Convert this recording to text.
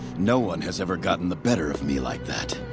no one has ever gotten the better of me like that.